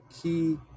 Key